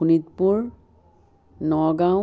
Sonitpur Nagaon